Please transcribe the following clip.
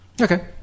Okay